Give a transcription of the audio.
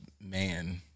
man